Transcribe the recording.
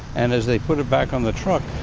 and as they put it back on the truck,